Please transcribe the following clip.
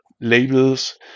labels